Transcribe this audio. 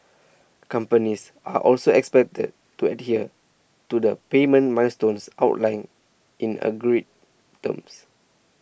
companies are also expected to adhere to the payment milestones outlined in agreed terms